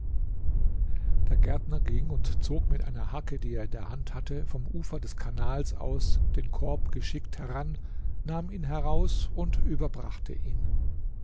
der gärtner ging und zog mit einer hacke die er in der hand hatte vom ufer des kanals aus den korb geschickt heran nahm ihn heraus und überbrachte ihn